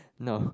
no